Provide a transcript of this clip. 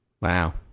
Wow